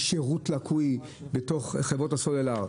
משירות לקוי בחברות הסלולר.